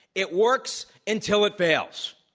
it works until it fails.